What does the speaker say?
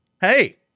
hey